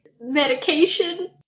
medication